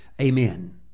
Amen